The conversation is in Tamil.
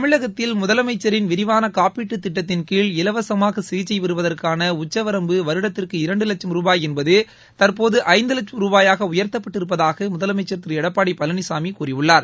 தமிழகத்தில் முதலமைச்சின் விரிவான காப்பீட்டுத் திட்டத்தின் கீழ் இலவசமாக சிகிச்சை பெறுவதற்கான உச்சவரம்பு வருடத்திற்கு இரண்டு லட்சும் ரூபாய் என்பது தற்போது ஐந்து லட்சும் ரூபாயாக உயர்த்தப்பட்டிருப்பதாக முதலமைச்ச் திரு எடப்பாடி பழனிசாமி கூறியுள்ளார்